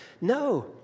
No